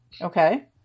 Okay